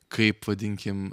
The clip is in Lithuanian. kaip vadinkim